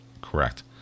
Correct